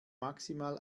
maximal